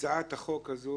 הצעת החוק הזאת